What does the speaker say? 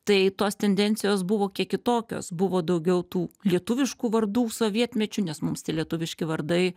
tai tos tendencijos buvo kiek kitokios buvo daugiau tų lietuviškų vardų sovietmečiu nes mums tie lietuviški vardai